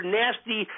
nasty